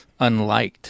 unliked